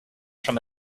from